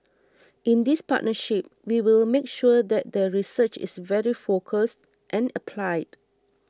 in this partnership we will make sure that the research is very focused and applied